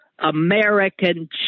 American